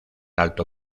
alto